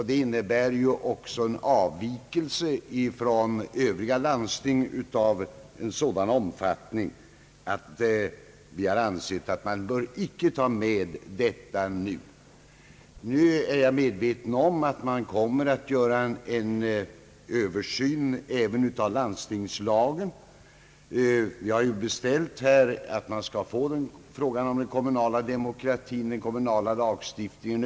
Det innebär också en avvikelse från reglerna för övriga landsting av sådan omfattning att vi har ansett att man inte bör ta med detta nya. Jag är medveten om att det kommer att göras en Översyn av landstingslagen. Vi har beställt en översyn av den kommunala demokratin och lagstiftningen.